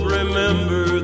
remember